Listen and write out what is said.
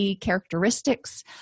characteristics